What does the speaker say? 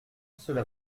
cela